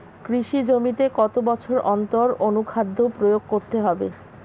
কৃষি জমিতে কত বছর অন্তর অনুখাদ্য প্রয়োগ করতে হবে?